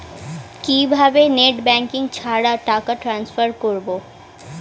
কিভাবে net banking ছাড়া টাকা টান্সফার করব?